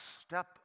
step